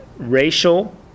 racial